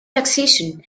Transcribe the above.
taxation